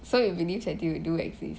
so you believe that they do exist